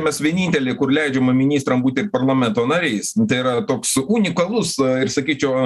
mes vienintelė kur leidžiama ministram būt ir parlamento nariais tai yra roks unikalus ir sakyčiau